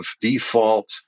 default